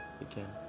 again